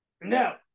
no